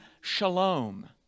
shalom